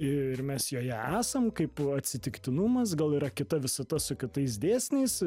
ir mes joje esam kaip atsitiktinumas gal yra kita visata su kitais dėsniais